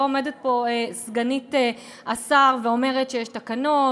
לא עומדת פה סגנית השר ואומרת שיש תקנות